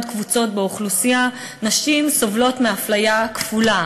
קבוצות באוכלוסייה נשים סובלות מאפליה כפולה,